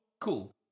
cool